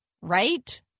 right